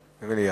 מליאה.